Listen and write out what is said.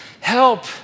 help